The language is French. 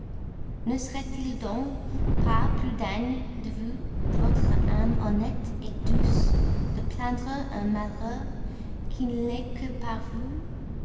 ne serait-il donc pas plus digne de vous de votre âme honnête douce de plaindre un malheureux qui ne l'est que par vous